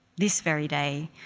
this very day,